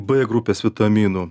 b grupės vitaminų